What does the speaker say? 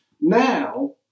Now